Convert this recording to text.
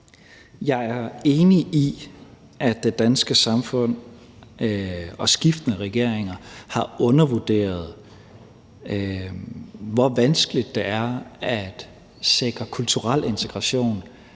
Jeg er enig i, at det danske samfund og skiftende regeringer har undervurderet, hvor vanskeligt det er at sikre kulturel integration